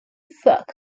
fog